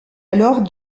alors